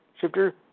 Shifter